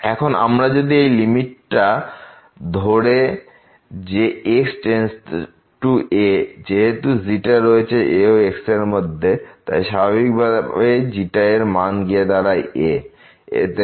এখন আমরা যদি এই লিমিটটা ধরে যে x→a এবং যেহেতু রয়েছে a ও x এরমধ্যে তাই স্বাভাবিকভাবেই এর মান গিয়ে দাঁড়ায় a তে